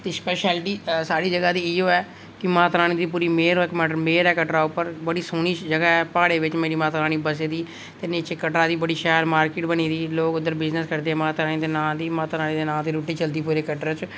ते स्पैशैलिटी स्हाड़ी जगह दी इयो ऐ कि माता रानी दी पूरी मेह्र ऐ कटड़ा उप्पर बड़ी सोह्नी जगह ऐ प्हाड़ें बिच मेरी माता रानी बस्सी दी ते नीचे कटड़ा बी शैल मार्किट बनी दी लोग उद्धर शैल बिजनस करदे माता रानी दे नां दी माता रानी दी रूट्टी चलदी पूरे कटड़े च